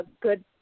good